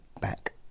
back